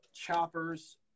choppers